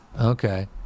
Okay